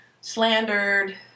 slandered